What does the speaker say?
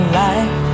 life